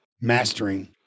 mastering